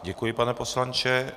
Děkuji, pane poslanče.